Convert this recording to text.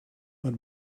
but